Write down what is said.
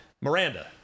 Miranda